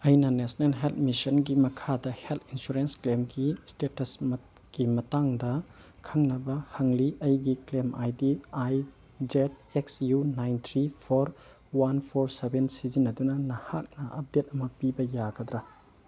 ꯑꯩꯅ national health ꯃꯤꯁꯟꯒꯤ ꯃꯈꯥꯗ ꯍꯦꯜꯠ ꯏꯟꯁꯨꯔꯦꯟꯁ ꯀ꯭ꯂꯦꯝꯒꯤ ꯏꯁꯇꯦꯇꯁꯀꯤ ꯃꯇꯥꯡꯗ ꯈꯪꯅꯕ ꯍꯪꯂꯤ ꯑꯩꯒꯤ claim I D I Z X U nine three four one four seven ꯁꯤꯖꯤꯟꯅꯗꯨꯅ ꯅꯍꯥꯛꯅ ꯑꯞꯗꯦꯠ ꯑꯃ ꯄꯤꯕ ꯌꯥꯒꯗ꯭ꯔꯥ